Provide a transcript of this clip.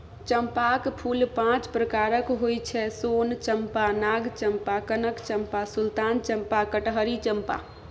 चंपाक फूल पांच प्रकारक होइ छै सोन चंपा, नाग चंपा, कनक चंपा, सुल्तान चंपा, कटहरी चंपा